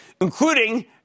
including